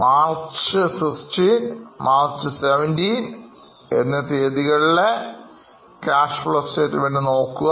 March 16March 17 എന്നീതീയതികളിലെക്യാഷ് Flow Statement നോക്കുക